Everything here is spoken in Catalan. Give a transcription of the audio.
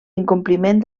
incompliment